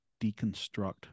deconstruct